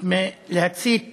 להצית